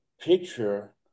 picture